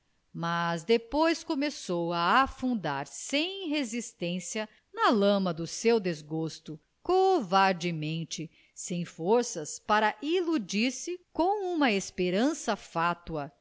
mas depois começou a afundar sem resistência na lama do seu desgosto covardemente sem forcas para iludir-se com uma esperança fátua